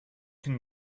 can